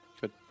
Good